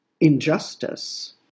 injustice